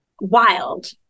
wild